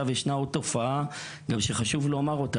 ישנה עוד תופעה שחשוב לומר אותה,